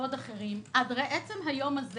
עד לעצם היום זה